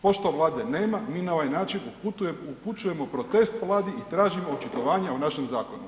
Pošto Vlade nema mi na ovaj način upućujemo protest Vladi i tražimo očitovanje o našem zakonu.